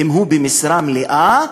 אם הוא במשרה מלאה,